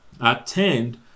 attend